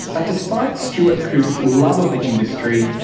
but despite stuart coupe's love of the industry,